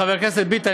חבר הכנסת ביטן,